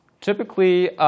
Typically